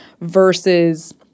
versus